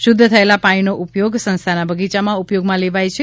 શુધ્ધ થયેલા પાણીનો ઉપયોગ સંસ્થાની બગીયામાં ઉપયોગમાં લેવાય છે